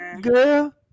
girl